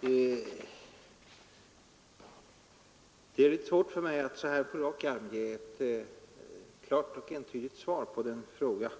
Herr talman! Det är svårt för mig att så här på rak arm ge ett klart och entydigt svar på den fråga